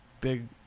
big